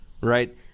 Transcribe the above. Right